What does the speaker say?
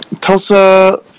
Tulsa